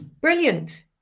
Brilliant